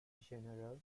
general